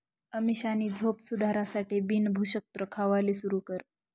अमीषानी झोप सुधारासाठे बिन भुक्षत्र खावाले सुरू कर